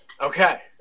Okay